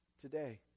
today